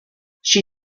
she